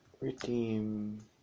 redeem